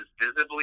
visibly